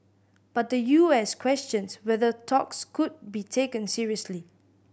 but the U S questions whether talks could be taken seriously